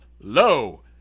Lo